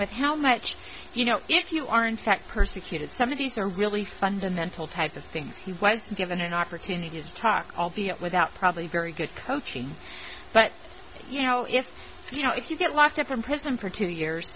with how much you know if you are in fact persecuted some of these are really fundamental type of things he was given an opportunity to talk albeit without probably very good coaching but you know if you know if you get locked up in prison for two years